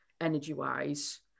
energy-wise